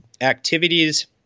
activities